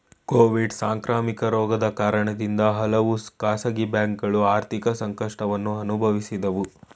Covid ಸಾಂಕ್ರಾಮಿಕ ರೋಗದ ಕಾರಣದಿಂದ ಹಲವು ಖಾಸಗಿ ಬ್ಯಾಂಕುಗಳು ಆರ್ಥಿಕ ಸಂಕಷ್ಟವನ್ನು ಅನುಭವಿಸಿದವು